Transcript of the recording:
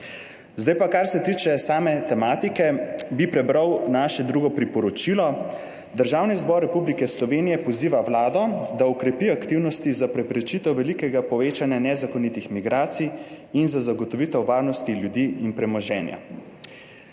Zdaj pa, kar se tiče same tematike, bi prebral naše drugo priporočilo: Državni zbor Republike Slovenije poziva Vlado, da okrepi aktivnosti za preprečitev velikega povečanja nezakonitih migracij in za zagotovitev varnosti ljudi in premoženja.